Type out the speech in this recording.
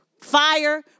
fire